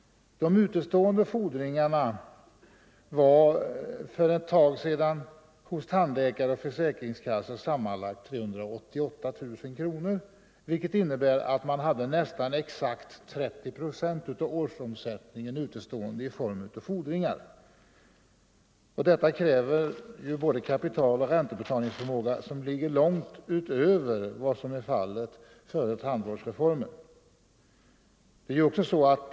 De utestående fordringarna hos tandläkare och försäkringskassa var för ett tag sedan sammanlagt 388 000 kronor, vilket innebär att företaget hade nästan exakt 30 procent av årsomsättningen utestående i form av fordringar. Detta kräver ju både kapital och räntebetalningsförmåga som ligger långt utöver vad som var fallet före tandvårdsreformens genomförande.